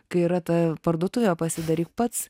kai yra ta parduotuvė pasidaryk pats